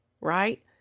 right